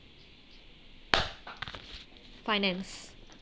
finance